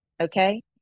okay